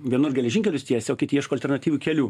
vienur geležinkelius tiesia o kiti ieško alternatyvių kelių